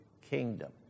kingdom